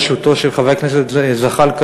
ברשותו של חבר הכנסת זחאלקה,